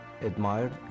admired